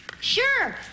Sure